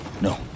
no